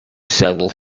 settle